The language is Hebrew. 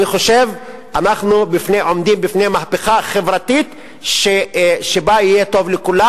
אנחנו נעמוד בפני מהפכה חברתית שבה יהיה טוב לכולם.